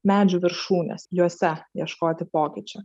medžių viršūnes jose ieškoti pokyčių